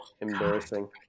embarrassing